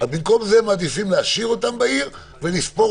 במקום זה מעדיפים להשאיר אותם בעיר ולספור